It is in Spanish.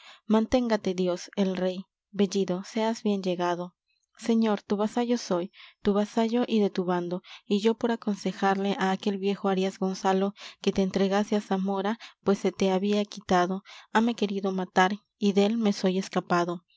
manténgate dios el rey bellido seas bien llegado señor tu vasallo soy tu vasallo y de tu bando y yo por aconsejarle á aquel viejo arias gonzalo que te entregase á zamora pues se te había quitado hame querido matar y dél me soy escapado